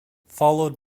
followed